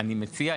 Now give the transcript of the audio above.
אני מציע,